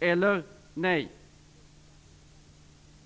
eller nej?